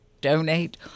donate